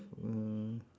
mm